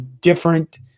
different